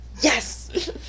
Yes